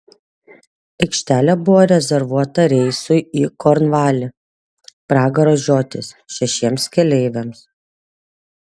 aikštelė buvo rezervuota reisui į kornvalį pragaro žiotis šešiems keleiviams